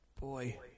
Boy